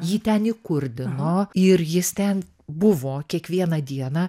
jį ten įkurdino ir jis ten buvo kiekvieną dieną